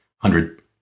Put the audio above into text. hundred